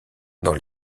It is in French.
dans